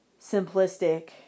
simplistic